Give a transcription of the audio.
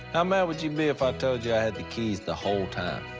um mad would you be if i told you i had the keys the whole time?